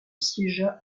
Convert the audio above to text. siégea